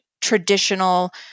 traditional